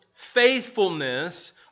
faithfulness